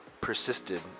persisted